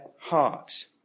heart